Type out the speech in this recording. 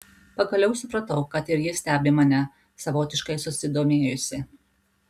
pagaliau supratau kad ir ji stebi mane savotiškai susidomėjusi